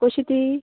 कशी ती